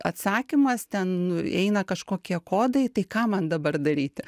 atsakymas ten eina kažkokie kodai tai ką man dabar daryti